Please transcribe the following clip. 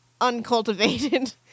uncultivated